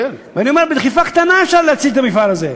ואני אומר: בדחיפה קטנה אפשר להציל את המפעל הזה.